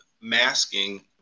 masking